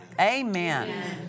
Amen